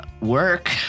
work